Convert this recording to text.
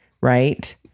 Right